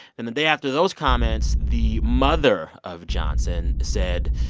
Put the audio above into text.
and the day after those comments, the mother of johnson said,